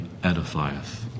edifieth